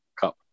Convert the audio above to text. Cup